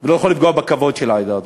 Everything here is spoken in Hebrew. ולא יכול לפגוע בכבוד של העדה הדרוזית.